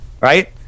right